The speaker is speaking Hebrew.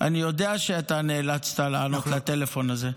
אני יודע שנאלצת לענות לטלפון הזה.